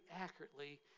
accurately